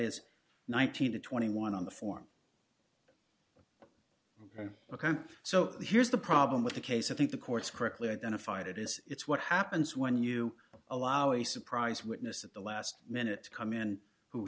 is nineteen to twenty one on the form ok ok so here's the problem with the case i think the courts correctly identified it is it's what happens when you allow a surprise witness at the last minute to come in who